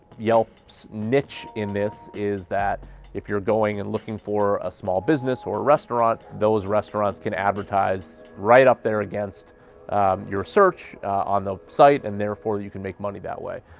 yelp's niche in this is that if you're going and looking for a small business or restaurant, those restaurants can advertise right up there against your search on the site and therefore you can make money that way.